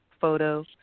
Photo